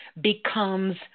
becomes